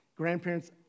Grandparents